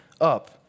up